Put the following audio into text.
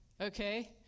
Okay